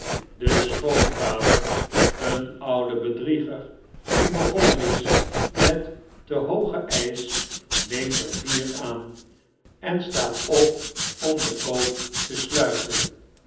de schoonvader een oude bedrieger die oegonnen is met te hoogen eisch neemt er vier aan en staat op om den koop te sluiten